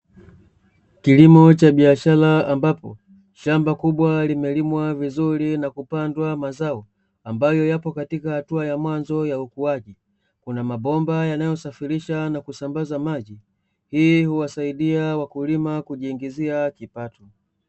Kilimo cha biashara ambapo, shamba kubwa limelimwa vizuri na kupandwa mazao, ambayo yapo katika hatua ya mwanzo ya ukuaji. Kuna mabomba yanayosafirisha na kusambaza maji, hii huwasaidia wakulima kujiingizia kipato.